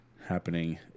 happening